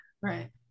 Right